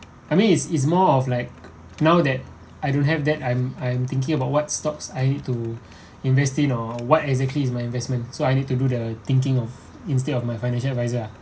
I mean it's it's more of like now that I don't have that I'm I'm thinking about what stocks I need to invest in or what exactly is my investment so I need to do the thinking of instead of my financial advisor ah